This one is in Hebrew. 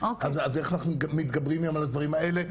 אז איך אנחנו מתגברים גם על הדברים האלה?